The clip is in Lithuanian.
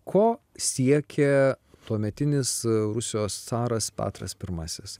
ko siekė tuometinis rusijos caras petras pirmasis